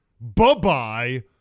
Bye-bye